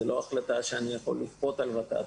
זו לא החלטה שאני יכול לכפות על ות"ת,